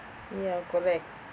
ya correct